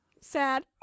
Sad